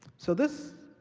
so this,